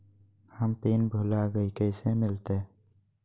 हम पिन भूला गई, कैसे मिलते?